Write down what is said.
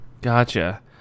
Gotcha